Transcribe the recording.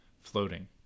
Floating